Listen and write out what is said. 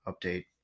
update